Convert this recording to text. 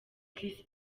chris